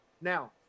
Now